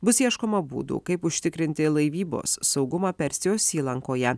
bus ieškoma būdų kaip užtikrinti laivybos saugumą persijos įlankoje